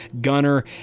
Gunner